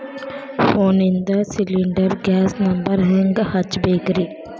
ಫೋನಿಂದ cylinder gas number ಹೆಂಗ್ ಹಚ್ಚ ಬೇಕ್ರಿ?